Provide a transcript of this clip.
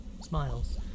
smiles